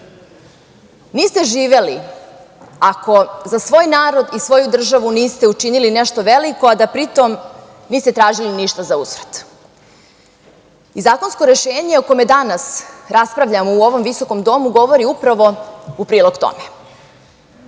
niste živeli ako za svoj narod i svoju državu niste učinili nešto veliko, a da pri tom niste tražili ništa za uzvrat. Zakonsko rešenje o kome danas raspravljamo u ovom visokom domu govori upravo u prilog tome.